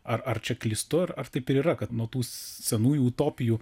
ar ar čia klystu ar taip ir yra kad nuo tų senųjų utopijų